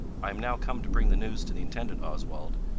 i am now come to bring the news to the intendant, oswald.